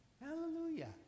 Hallelujah